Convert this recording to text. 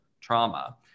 trauma